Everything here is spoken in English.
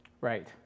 Right